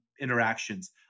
interactions